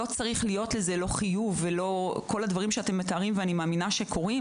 לא צריך להיות חיוב ולא כל מה שתיארתם ואני מאמינה שקורה.